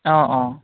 অঁ অঁ